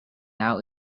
now